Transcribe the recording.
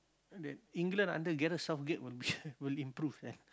that England under Gareth-Southgate will be will improve lah